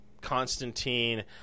Constantine